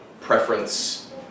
preference